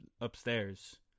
upstairs